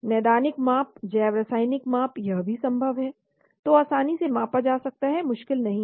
नैदानिक माप जैव रासायनिक माप यह भी संभव है जो आसानी से मापा जा सकता है मुश्किल नहीं है